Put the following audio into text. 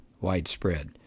widespread